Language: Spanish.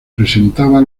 presentaba